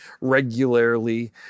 regularly